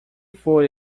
for